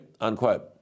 unquote